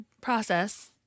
process